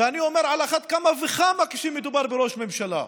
ואני אומר: על אחת כמה וכמה כשמדובר בראש ממשלה.